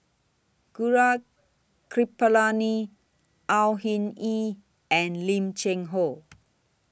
Gaurav Kripalani Au Hing Yee and Lim Cheng Hoe